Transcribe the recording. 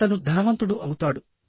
అతను ధనవంతుడు అవుతాడు